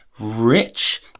rich